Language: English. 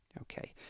okay